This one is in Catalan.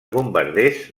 bombarders